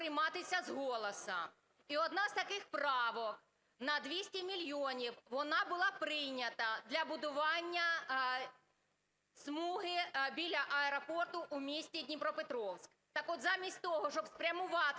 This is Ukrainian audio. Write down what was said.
мільйонів, вона була прийнята для будування смуги біля аеропорту у місті Дніпропетровськ. Так от, замість того, щоб спрямувати